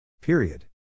period